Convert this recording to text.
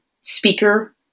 speaker